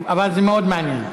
אבל זה מאוד מעניין.